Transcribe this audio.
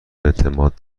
اعتماد